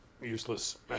useless